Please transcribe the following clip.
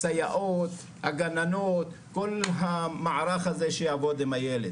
הסייעות, הגננות, כל המערך הזה שיעבוד עם הילד.